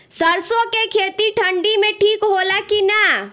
सरसो के खेती ठंडी में ठिक होला कि ना?